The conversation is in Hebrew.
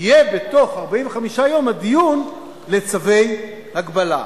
יהיה בתוך 45 יום הדיון לצווי הגבלה.